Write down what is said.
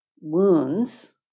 wounds